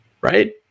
right